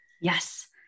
Yes